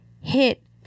hit